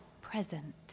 present